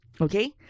okay